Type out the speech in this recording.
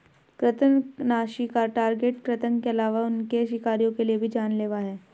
कृन्तकनाशी टारगेट कृतंक के अलावा उनके शिकारियों के लिए भी जान लेवा हैं